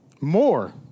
More